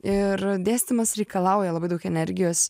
ir dėstymas reikalauja labai daug energijos